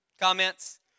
Comments